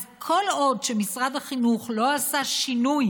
אז כל עוד משרד החינוך לא עשה שינוי